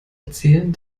erzählen